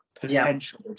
potential